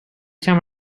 time